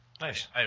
Nice